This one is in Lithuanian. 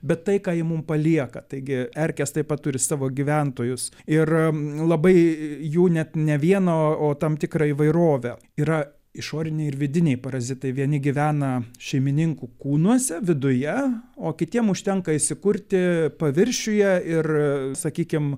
bet tai ką ji mum palieka taigi erkės taip pat turi savo gyventojus ir labai jų net ne vieną o tam tikrą įvairovę yra išoriniai ir vidiniai parazitai vieni gyvena šeimininkų kūnuose viduje o kitiem užtenka įsikurti paviršiuje ir sakykim